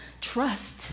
trust